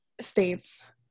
states